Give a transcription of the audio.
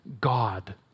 God